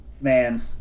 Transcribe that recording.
Man